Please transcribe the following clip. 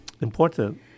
important